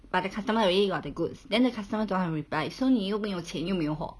but the customer already got the goods then the customer don't wanna reply so 你又有钱又没有货